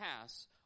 pass